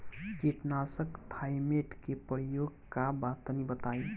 कीटनाशक थाइमेट के प्रयोग का बा तनि बताई?